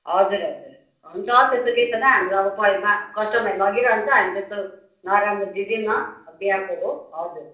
हजुर हजुर हुन्छ त्यस्तो केही छैन हाम्रो अब कस्टमरले लगिरहन्छ हामी त्यस्तो नराम्रो दिँदैनौँ अब बिहाको हो हजुर